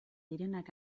direnak